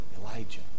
Elijah